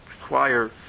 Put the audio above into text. require